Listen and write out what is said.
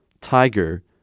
Tiger